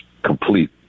complete